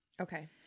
Okay